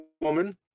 woman